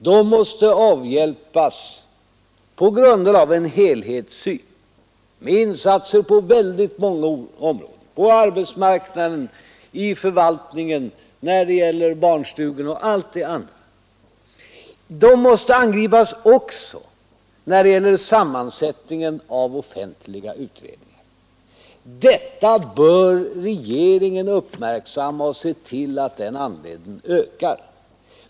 Dessa måste avhjälpas på grundval av en helhetssyn, med insatser på väldigt många områden — på arbetsmarknaden, i förvaltningen, när det gäller barnstugor och allt annat. Orättvisorna måste angripas också när det gäller sammansättningen i offentliga utredningar. Detta bör regeringen uppmärksamma och se till att kvinnornas andel ökar.